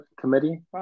committee